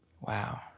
Wow